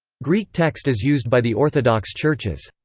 greek text as used by the orthodox churches.